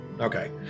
Okay